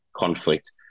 conflict